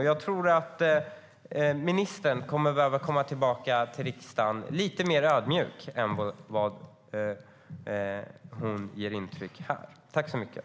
Jag tror att ministern behöver komma tillbaka till riksdagen lite mer ödmjuk än hon ger intryck av att vara i dag.